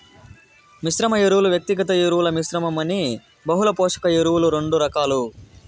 మిశ్రమ ఎరువులు, వ్యక్తిగత ఎరువుల మిశ్రమం అని బహుళ పోషక ఎరువులు రెండు రకాలు